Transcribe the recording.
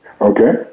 Okay